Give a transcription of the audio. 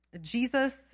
Jesus